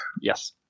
Yes